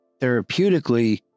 therapeutically